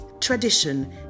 tradition